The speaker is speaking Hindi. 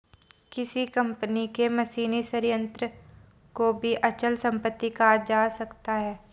किसी कंपनी के मशीनी संयंत्र को भी अचल संपत्ति कहा जा सकता है